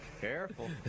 careful